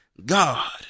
God